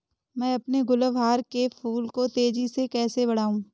मैं अपने गुलवहार के फूल को तेजी से कैसे बढाऊं?